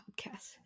podcast